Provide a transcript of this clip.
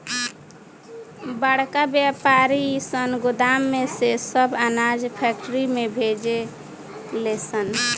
बड़का वायपारी सन गोदाम में से सब अनाज फैक्ट्री में भेजे ले सन